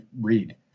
read